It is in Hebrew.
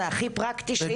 זה הכי פרקטי שיש.